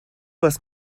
was